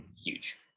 huge